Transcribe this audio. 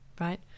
right